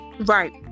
Right